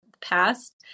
past